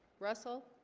russell